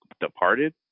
Departed